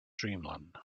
dreamland